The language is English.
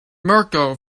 mirco